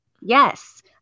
yes